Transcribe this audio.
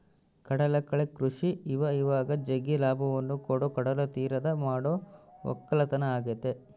ಕಡಲಕಳೆ ಕೃಷಿ ಇವಇವಾಗ ಜಗ್ಗಿ ಲಾಭವನ್ನ ಕೊಡೊ ಕಡಲತೀರದಗ ಮಾಡೊ ವಕ್ಕಲತನ ಆಗೆತೆ